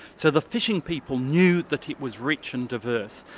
so the fishing people knew that it was rich and diverse.